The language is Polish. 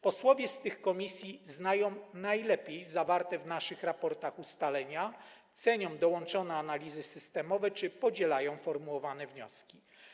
Posłowie z tych komisji znają najlepiej zawarte w naszych raportach ustalenia, cenią dołączone analizy systemowe czy podzielają formułowane wnioski.